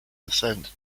descent